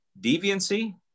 deviancy